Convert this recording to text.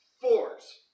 force